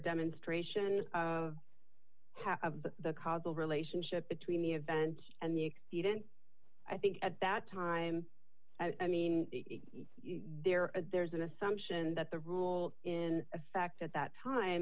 demonstration of how the causal relationship between the event and the expedient i think at that time i mean there there's an assumption that the rule in effect at that time